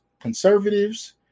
conservatives